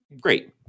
great